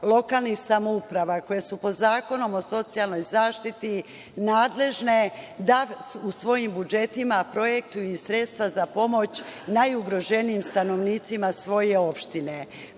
lokalnih samouprava koja su po Zakonu o socijalnoj zaštiti nadležne da u svojim budžetima projektuju i sredstva za pomoć najugroženijim stanovnicima svoje